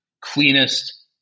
cleanest